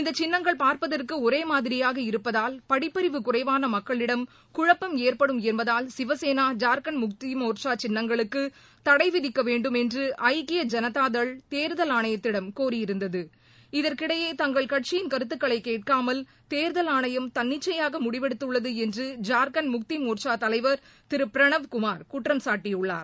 இந்த சின்னங்கள் பார்ப்பதற்கு ஒரே மாதிரியாக இருப்பதால் படிப்பநிவு குறைவான மக்களிடம் குழப்பம் ஏற்படும் என்பதால் சிவசேனா ஜார்க்கண்ட் முக்தி மோர்ச்சா சின்னங்களுக்கு தடை விதிக்க வேண்டுமென்று ஐக்கிய ஐனதாதள் தேர்தல் ஆணையத்திடம் கோரியிருந்தது இதற்கிடையே தங்கள் கட்சியின் கருத்துக்களை கேட்காமல் தேர்தல் ஆணையம் தன்னிச்சையாக முடிவெடுத்துள்ளது என்று ஜார்க்கண்ட் முக்தி மோர்ச்சா தலைவர் திரு பிரணவ் குமார் குற்றம்சாட்டியுள்ளார்